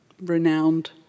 renowned